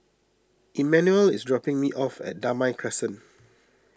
Immanuel is dropping me off at Damai Crescent